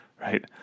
right